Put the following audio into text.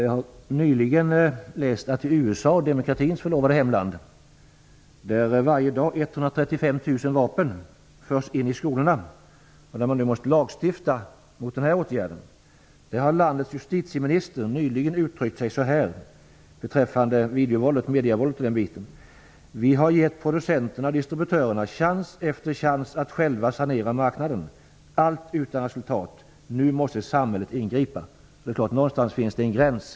Jag har nyligen läst att i USA - demokratins förlovade hemland - förs varje dag 135 000 vapen in i skolorna. Där måste man nu lagstifta mot detta. Landets justitieminister har nyligen uttryckt sig så här beträffande videovåldet och medievåldet: Vi har gett producenterna och distributörerna chans efter chans att själva sanera marknaden, allt utan resultat. Nu måste samhället ingripa. Någonstans finns det en gräns.